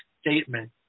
statement